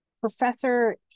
Professor